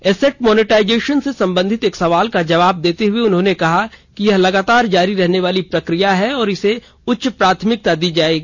asset monetisation से संबंधित एक सवाल का जवाब देते हुए उन्होंने कहा कि यह लगातार जारी रहने वाली प्रक्रिया है और इसे उच्च प्राथमिकता दी गई है